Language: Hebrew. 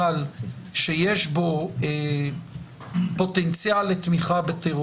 את חושבת שזו פגיעה --- היא מסוכנת.